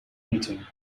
meeting